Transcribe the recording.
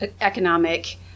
economic